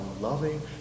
loving